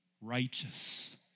righteous